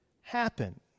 happen